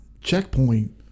checkpoint